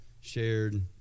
shared